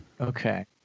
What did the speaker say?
okay